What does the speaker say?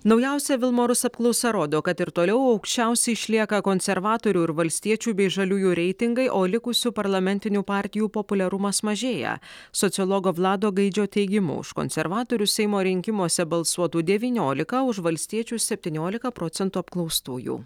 naujausia vilmorus apklausa rodo kad ir toliau aukščiausi išlieka konservatorių ir valstiečių bei žaliųjų reitingai o likusių parlamentinių partijų populiarumas mažėja sociologo vlado gaidžio teigimu už konservatorius seimo rinkimuose balsuotų devyniolika už valstiečius septyniolika procentų apklaustųjų